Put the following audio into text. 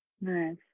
Nice